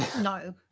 No